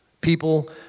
People